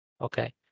Okay